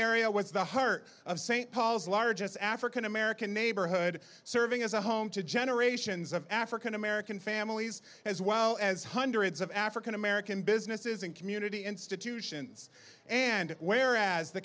area was the hurt of st paul's the largest african american neighborhood serving as a home to generations of african american families as well as hundreds of african american businesses and community institutions and whereas the